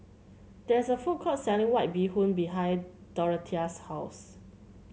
there is a food court selling White Bee Hoon behind Dorothea's house